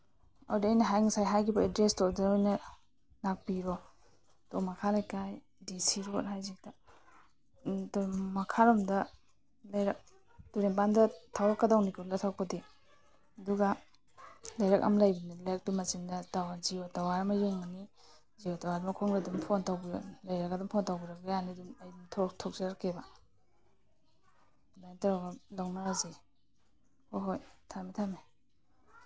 ꯑꯗꯨꯗꯤ ꯑꯩꯅ ꯉꯁꯥꯏ ꯍꯥꯏꯒꯤꯕ ꯑꯦꯗ꯭ꯔꯦꯁꯇꯣ ꯑꯗꯨꯗ ꯑꯣꯏꯅ ꯂꯥꯛꯄꯤꯔꯣ ꯇꯣꯞ ꯃꯈꯥ ꯂꯩꯀꯥꯏ ꯗꯤ ꯁꯤ ꯔꯣꯠ ꯍꯥꯏꯁꯤꯗ ꯑꯗꯨꯝ ꯃꯈꯥꯔꯣꯝꯗ ꯂꯩꯔꯛ ꯇꯨꯔꯦꯟ ꯃꯄꯥꯟꯗ ꯊꯧꯔꯛꯀꯗꯧꯅꯤꯀꯣ ꯊꯧꯔꯛꯄꯗꯤ ꯑꯗꯨꯒ ꯂꯩꯔꯛ ꯑꯃ ꯂꯩꯕꯅꯤ ꯂꯩꯔꯛꯇꯨ ꯃꯆꯤꯟꯗ ꯖꯤꯑꯣ ꯇꯥꯋꯔ ꯑꯃ ꯌꯨꯡꯕꯅꯤ ꯖꯤꯑꯣ ꯇꯥꯋꯔꯗꯨꯒꯤ ꯃꯈꯣꯡꯗ ꯑꯗꯨꯝ ꯐꯣꯟ ꯂꯩꯔꯒ ꯑꯗꯨꯝ ꯐꯣꯟ ꯇꯧꯕꯤꯔꯛꯄ ꯌꯥꯅꯤ ꯑꯩ ꯊꯣꯛꯆꯔꯛꯀꯦꯕ ꯑꯗꯨꯃꯥꯏꯅ ꯇꯧꯔꯒ ꯂꯧꯅꯔꯁꯤ ꯍꯣꯏ ꯍꯣꯏ ꯊꯝꯃꯦ ꯊꯝꯃꯦ